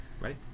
Ready